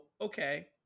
okay